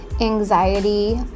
anxiety